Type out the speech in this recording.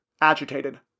agitated